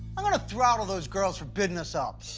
i'm gonna throttle those girls for bidding us up.